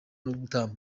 gutambuka